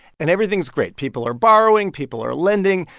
and everything's great. people are borrowing. people are lending.